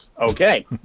Okay